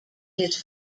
his